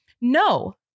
no